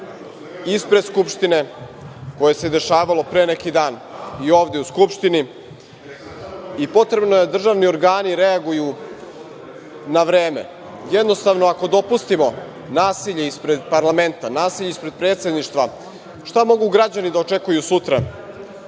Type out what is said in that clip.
ispred Skupštine, koje se dešavalo pre neki dan i ovde u Skupštini i potrebno je da državni organi reaguju na vreme. Jednostavno, ako dopustimo nasilje ispred parlamenta, nasilje ispred predsedništva, šta mogu građani da očekuju sutra